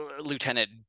Lieutenant